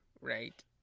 right